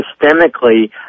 systemically